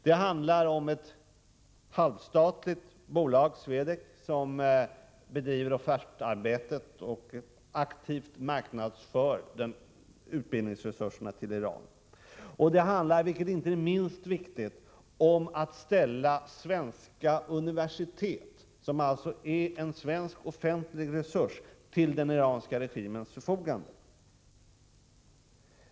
Det handlar om ett halvstatligt bolag, Swedec, som bedriver offertarbetet och aktivt marknadsför utbildningsresurserna till Iran. Det handlar om att, vilket inte är minst viktigt, ställa svenska universitet, som är en svensk offentlig resurs, till den iranska regimens förfogande.